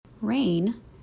RAIN